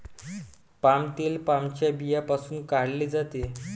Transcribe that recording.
palm तेल पामच्या बियांपासून काढले जाते